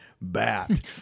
bat